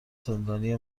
زندانی